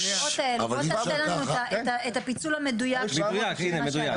הפיצול המדויק בבחירות האלה.